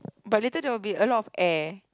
but later there will be a lot of air